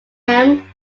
him